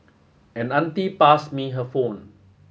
an auntie passed me her phone